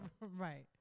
Right